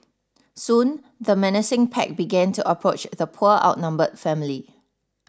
soon the menacing pack began to approach the poor outnumbered family